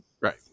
Right